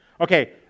Okay